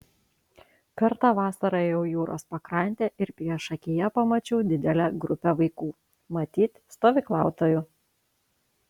kartą vasarą ėjau jūros pakrante ir priešakyje pamačiau didelę grupę vaikų matyt stovyklautojų